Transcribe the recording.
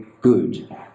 good